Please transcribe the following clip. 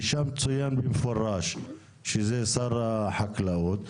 ששם צוין במפורש שזה שר החקלאות.